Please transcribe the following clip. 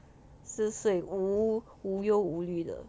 四岁无无忧无虑的